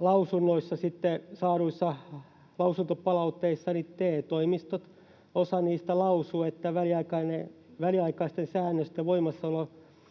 lausunnoissa, saaduissa lausuntopalautteissa, sitten TE-toimistot, osa niistä, lausuvat, että väliaikaisten säännösten voimassaolo